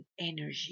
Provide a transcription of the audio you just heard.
energy